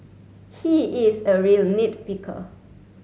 he is a real nit picker